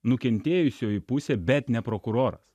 nukentėjusioji pusė bet ne prokuroras